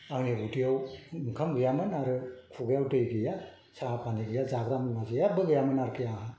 आंनि उदैआव ओंखाम गैयामोन आरो खुगायाव दै गैया साहा पानि गैया जाग्रा मुआ जेबो गैयामोन आरोखि आंहा